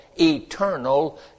eternal